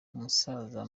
umusaza